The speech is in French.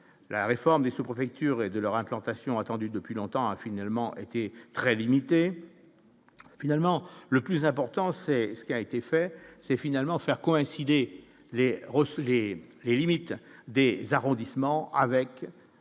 la réforme des ce profile de leur implantation, attendue depuis longtemps, a finalement été très limité finalement le plus important, c'est ce qui a été fait c'est finalement faire coïncider les ressouder les limites des arrondissements avec